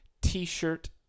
t-shirt